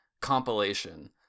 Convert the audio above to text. compilation